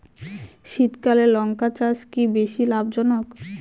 শীতকালে লঙ্কা চাষ কি বেশী লাভজনক?